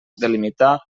delimitar